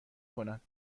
کند